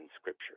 scripture